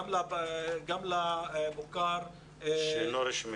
גם למוכר שאינו רשמי.